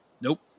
Nope